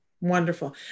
Wonderful